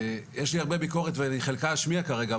יש לי הרבה ביקורת, ואת חלקה אשמיע כרגע.